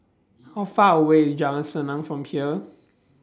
How Far away IS Jalan Senang from here